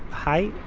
hi!